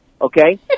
Okay